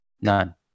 None